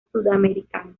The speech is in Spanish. sudamericano